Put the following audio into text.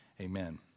Amen